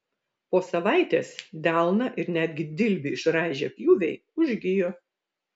po savaitės delną ir netgi dilbį išraižę pjūviai užgijo